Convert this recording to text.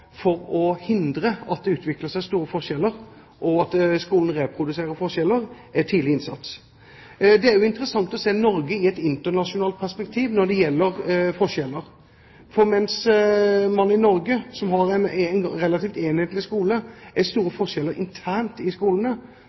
hindre at det utvikler seg store forskjeller, og at skolen reproduserer forskjeller, er tidlig innsats. Det er også interessant å se Norge i et internasjonalt perspektiv når det gjelder forskjeller. For mens det i Norge, som har en relativt enhetlig skole, er store forskjeller internt i skolene,